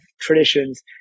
traditions